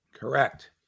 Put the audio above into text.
Correct